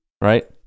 right